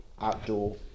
outdoor